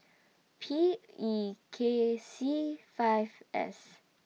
P E K C five S